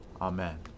Amen